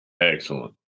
Excellent